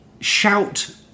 shout